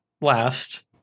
last